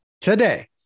Today